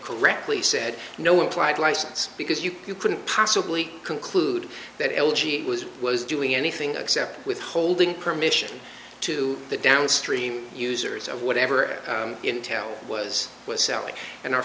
correctly said no implied license because you couldn't possibly conclude that l g was was doing anything accept withholding permission to the downstream users of whatever intel was was selling and our